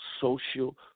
social